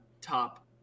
top